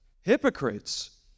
hypocrites